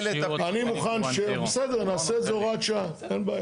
אני מוכן, בסדר, נעשה את זה הוראת שעה, אין בעיה.